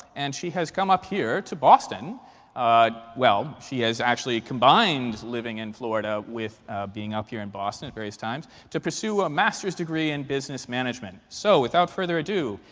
and she has come up here to boston well, she has actually combined living in florida with being up here in boston at various times to pursue a master's degree in business management. so without further ado,